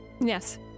Yes